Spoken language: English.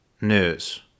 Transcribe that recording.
news